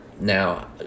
Now